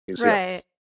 Right